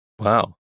Wow